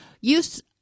Use